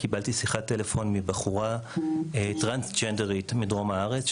קיבלתי שיחת טלפון מבחורה טרנסג׳נדרית מדרום הארץ,